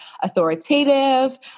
authoritative